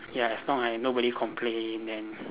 ya as long as nobody complain then